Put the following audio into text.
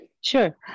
Sure